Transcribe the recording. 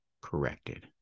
corrected